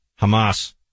Hamas